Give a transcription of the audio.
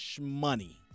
money